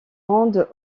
rendent